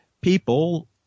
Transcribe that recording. people